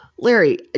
Larry